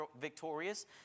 victorious